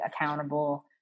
accountable